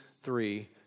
three